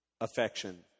affection